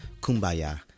kumbaya